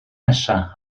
nesaf